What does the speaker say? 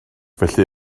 felly